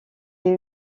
est